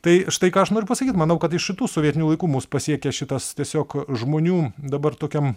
tai štai ką aš noriu pasakyt manau kad iš šitų sovietinių laikų mus pasiekia šitas tiesiog žmonių dabar tokiam